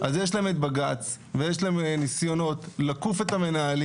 אז יש להן את בג"ץ ויש להן ניסיונות לכפות על המנהלים,